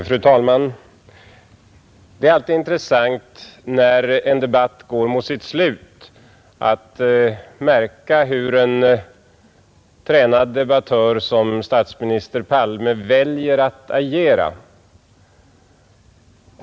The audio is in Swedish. Fru talman! När en debatt lider mot sitt slut är det alltid intressant att märka hur en tränad debattör som statsminister Palme väljer att agera.